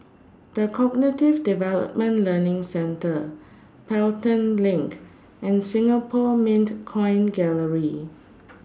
The Cognitive Development Learning Centre Pelton LINK and Singapore Mint Coin Gallery